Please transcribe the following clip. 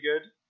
good